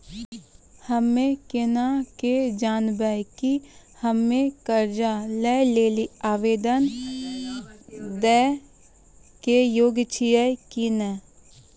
हम्मे केना के जानबै कि हम्मे कर्जा लै लेली आवेदन दै के योग्य छियै कि नै?